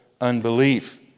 unbelief